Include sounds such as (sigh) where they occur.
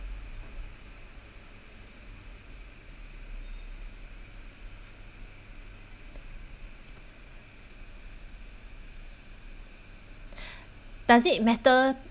(breath) does it matter